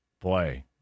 Boy